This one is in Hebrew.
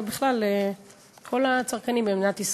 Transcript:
ובכלל לכל הצרכנים במדינת ישראל.